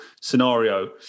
scenario